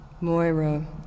Moira